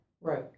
right